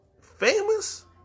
famous